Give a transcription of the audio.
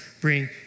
bring